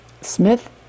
Smith